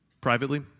privately